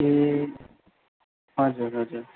ए हजुर हजुर